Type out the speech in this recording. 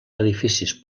edificis